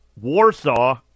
Warsaw